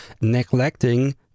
neglecting